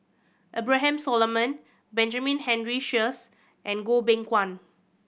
Abraham Solomon Benjamin Henry Sheares and Goh Beng Kwan